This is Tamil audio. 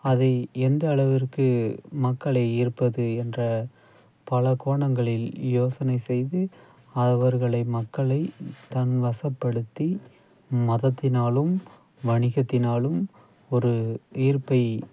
அதை எந்த அளவிற்கு மக்களை ஈர்ப்பது என்ற பலகோணங்களில் யோசனை செய்து அவர்களை மக்களை தன் வசப்படுத்தி மதத்தினாலும் வணிகத்தினாலும் ஒரு ஈர்ப்பை